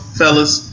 fellas